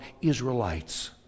Israelites